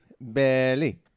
Belly